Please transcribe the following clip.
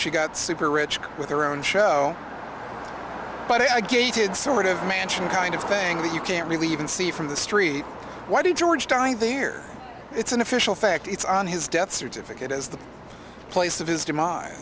she got super rich with her own show but i gated sort of mansion kind of thing that you can't really even see from the three why did george die there it's an official fact it's on his death certificate as the place of his demise